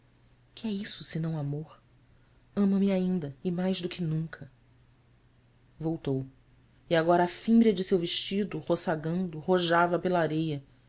é isso senão amor ama-me ainda e mais do que nunca voltou e agora a fímbria de seu vestido roçagando rojava